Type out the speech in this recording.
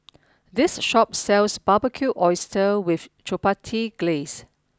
this shop sells Barbecued Oysters with Chipotle Glaze